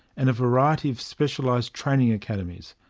and a variety of specialised training academies.